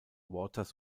waters